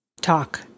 talk